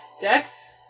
Dex